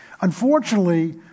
Unfortunately